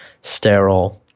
sterile